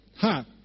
Ha